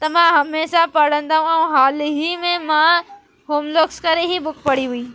त मां हमेश पढ़ंदमि ऐं हालु ई में मां होम लुक्स करे ई बुक पढ़ी हुई